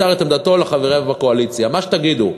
מסר את עמדתו לחבריו בקואליציה: מה שתגידו,